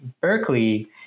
Berkeley